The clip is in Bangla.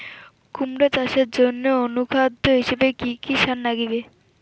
কুমড়া চাষের জইন্যে অনুখাদ্য হিসাবে কি কি সার লাগিবে?